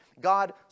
God